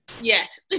Yes